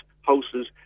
houses